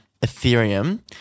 Ethereum